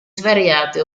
svariate